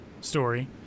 story